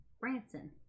Branson